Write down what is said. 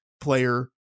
player